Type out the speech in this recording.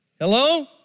Hello